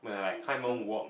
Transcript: okay true